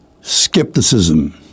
Skepticism